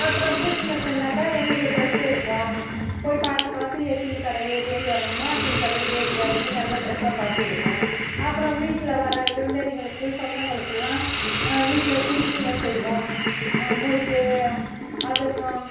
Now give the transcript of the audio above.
அப்புறம் கிறிஸ்மஸுன்னாக்கா எங்களுக்கு ட்ரெஸு எடுப்போம் போயி பார்த்து பார்த்து எத்தினை கடை ஏறி ஏறி இறங்கணுமோ அத்தினை கடையில் ஏறி இறங்கி நல்ல ட்ரெஸ்ஸாக பார்த்து எடுப்போம் அப்புறோம் வீட்டில் வர விருந்தாளிங்களுக்கு சொந்தங்களுக்கெலாம் வீட்டில் திங்ஸுங்க செய்வோம் முறுக்கு அதிரசம்